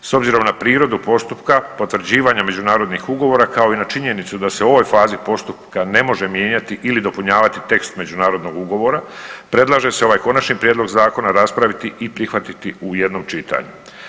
S obzirom na prirodu postupka, potvrđivanja međunarodnih ugovora kao i na činjenicu da se u ovoj fazi postupka ne može mijenjati ili dopunjavati tekst međunarodnog ugovora predlaže se ovaj konačni prijedlog zakona raspraviti i prihvatiti u jednom čitanju.